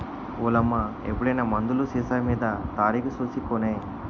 ఓలమ్మా ఎప్పుడైనా మందులు సీసామీద తారీకు సూసి కొనే